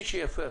ומי שמפר,